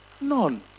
None